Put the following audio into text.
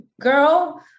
girl